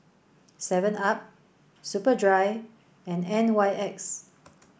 seven up Superdry and N Y X